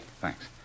thanks